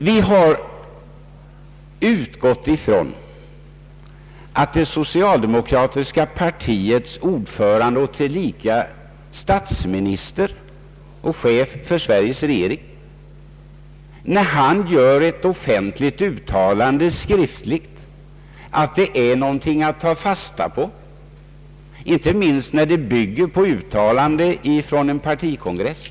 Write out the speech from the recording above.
Vi har utgått från att när det socialdemokratiska partiets ordförande, tillika vår statsminister och chef för Sverikes regering, gör ett offentligt uttalande skriftligen så är detta någonting att ta fasta på, inte minst när det bygger på ett uttalande från en partikongress.